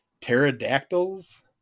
pterodactyls